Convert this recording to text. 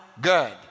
good